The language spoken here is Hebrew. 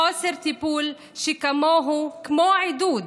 חוסר טיפול שכמוהו ככעידוד,